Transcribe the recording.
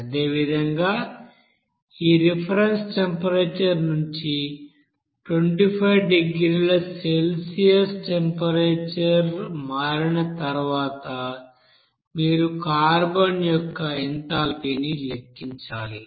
అదేవిధంగా ఈ reference temperature నుండి 250 డిగ్రీల సెల్సియస్ టెంపరేచర్ మారిన తర్వాత మీరు కార్బన్ యొక్క ఎంథాల్పీని లెక్కించాలి